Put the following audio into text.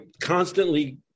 constantly